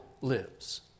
lives